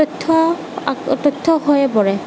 তথ্য তথ্য় হৈ পৰে